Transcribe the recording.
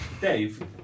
Dave